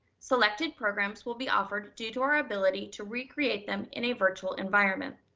selected programs will be offered due to our ability to recreate them in a virtual environment.